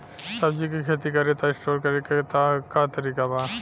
सब्जी के खेती करी त स्टोर करे के का तरीका बा?